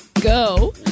go